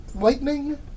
lightning